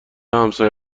همسایه